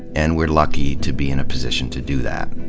and we're lucky to be in a position to do that.